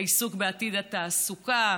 העיסוק בעתיד התעסוקה,